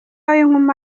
w’inkumi